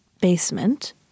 basement